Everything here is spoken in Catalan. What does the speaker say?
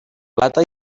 plata